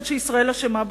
שחושבים שישראל אשמה בכול,